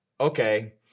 okay